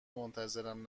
منتظرم